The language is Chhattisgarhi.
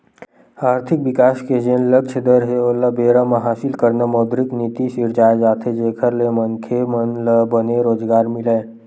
आरथिक बिकास के जेन लक्छ दर हे ओला बेरा म हासिल करना मौद्रिक नीति सिरजाये जाथे जेखर ले मनखे मन ल बने रोजगार मिलय